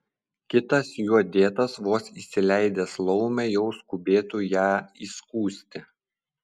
kitas juo dėtas vos įsileidęs laumę jau skubėtų ją įskųsti